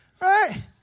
right